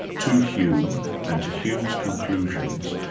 to hume and to hume's conclusions,